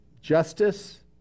justice